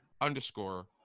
underscore